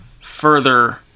further